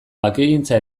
bakegintza